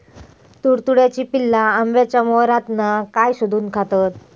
तुडतुड्याची पिल्ला आंब्याच्या मोहरातना काय शोशून घेतत?